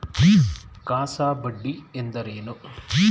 CASA ಬಡ್ಡಿ ಎಂದರೇನು?